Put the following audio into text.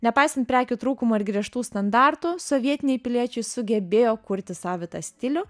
nepaisant prekių trūkumo ir griežtų standartų sovietiniai piliečiai sugebėjo kurti savitą stilių